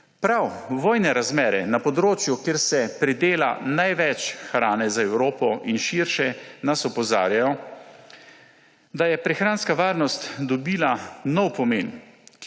Prav vojne razmere na področju, kjer se pridela največ hrane za Evropo in širše, nas opozarjajo, da je prehranska varnost dobila nov pomen,